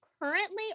currently